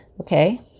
Okay